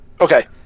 Okay